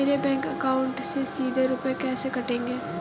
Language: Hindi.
मेरे बैंक अकाउंट से सीधे रुपए कैसे कटेंगे?